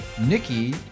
Nikki